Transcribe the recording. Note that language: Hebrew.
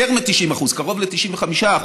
יותר מ-90%, קרוב ל-95%,